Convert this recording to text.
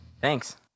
thanks